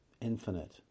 infinite